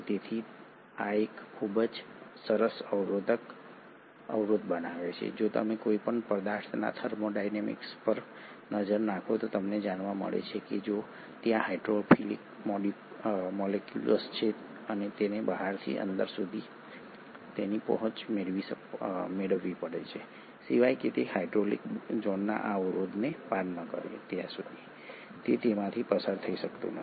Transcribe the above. તેથી આ એક ખૂબ જ સરસ અવરોધ બનાવે છે જો તમે કોઈ પણ પદાર્થના થર્મોડાયનેમિક્સ પર નજર નાખો તો તમને જાણવા મળે છે કે જો ત્યાં હાઇડ્રોફિલિક મોલેક્યુલ છે અને તેને બહારથી અંદર સુધી તેની પહોંચ મેળવવી પડે છે સિવાય કે તે હાઇડ્રોફોબિક ઝોનના આ અવરોધને પાર ન કરે ત્યાં સુધી તે તેમાંથી પસાર થઈ શકતું નથી